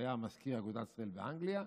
שהיה מזכיר אגודת ישראל באנגליה,